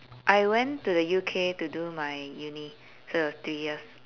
I went to the U_K to do my uni so it was three years